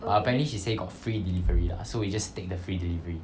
err apparently she say got free delivery lah so we just take the free delivery